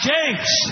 James